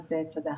תודה.